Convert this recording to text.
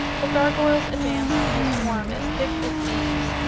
the gargoyles advanced in a swarm as thick as bees,